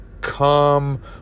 come